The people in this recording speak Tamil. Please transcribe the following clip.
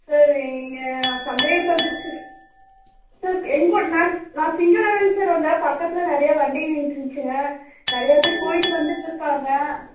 சார் நீங்கள் சந்தேகப்படுறதுக்கு சார் என்கூட நான் நான் சிங்கிளாக தாங்க வந்தேன் பக்கத்தில் நிறைய வண்டிங்க நின்றுடுட்டுருந்துச்சுங்க நிறைய பேர் போயிகிட்டு வந்துகிட்டு இருக்காங்க